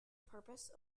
purpose